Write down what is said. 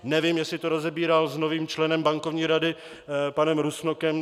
Nevím, jestli to rozebíral s novým členem Bankovní rady panem Rusnokem.